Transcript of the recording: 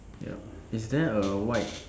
yup is there a white